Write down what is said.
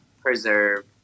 preserve